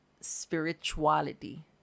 spirituality